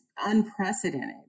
unprecedented